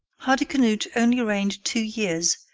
hardicanute only reigned two years,